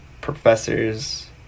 professors